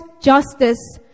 justice